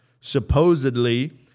supposedly